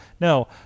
No